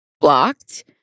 Blocked